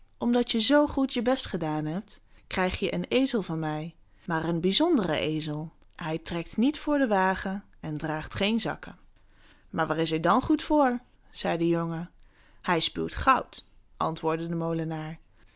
omdat je zoo goed je best gedaan hebt krijg je een ezel van mij maar een bijzondere ezel hij trekt niet voor den wagen en draagt geen zakken maar waar is hij dan goed voor zei de jongen hij spuwt goud antwoordde de molenaar